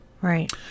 Right